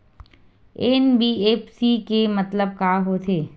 NBFC के मतलब का होथे?